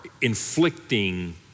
inflicting